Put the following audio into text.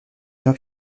jean